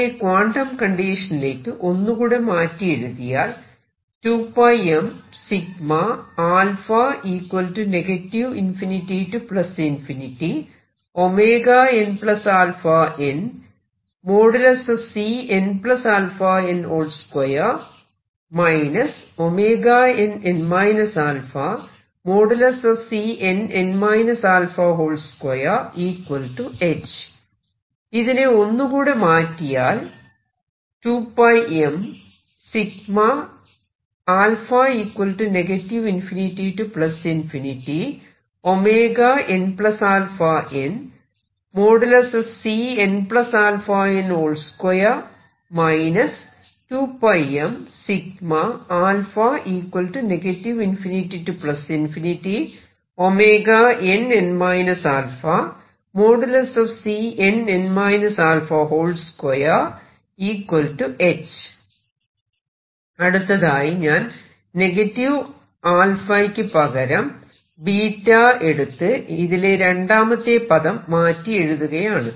ഇതിനെ ക്വാണ്ടം കണ്ടിഷനിലേക്ക് ഒന്നുകൂടെ മാറ്റി എഴുതിയാൽ ഇതിനെ ഒന്ന് കൂടെ മാറ്റിയാൽ അടുത്തതായി ഞാൻ α യ്ക്കു പകരം എടുത്ത് ഇതിലെ രണ്ടാമത്തെ പദം മാറ്റി എഴുതുകയാണ്